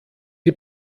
die